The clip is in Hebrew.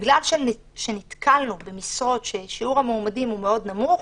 בגלל שנתקלנו במשרות שבהן שיעור המועמדים מאוד נמוך,